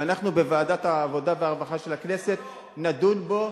ואנחנו בוועדת העבודה והרווחה של הכנסת נדון בו,